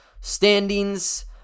standings